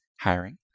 hiring